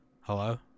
Hello